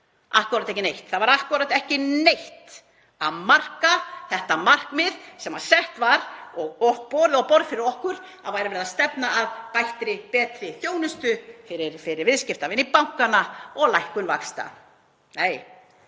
akkúrat ekki neitt. Það var akkúrat ekki neitt að marka þetta markmið sem sett var og borið á borð fyrir okkur, að verið væri að stefna að betri þjónustu fyrir viðskiptavini bankanna og lækkun vaxta. Nei,